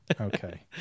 Okay